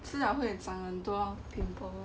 吃了会长很多 pimples